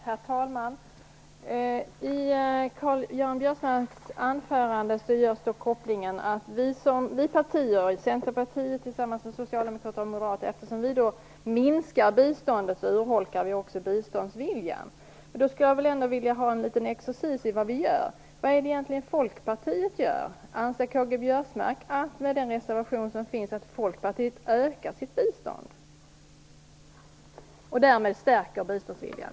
Herr talman! I Karl-Göran Biörsmarks anförande görs kopplingen att Centerpartiet tillsammans med Socialdemokraterna och Moderaterna urholkar biståndsviljan eftersom vi minskar biståndet. Jag skulle vilja ha en exercis gällande det vi gör. Vad är det egentligen Folkpartiet gör? Anser K-G Biörsmark att Folkpartiet ökar biståndet i och med den reservation som ställs, och därmed stärker biståndsviljan?